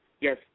Yes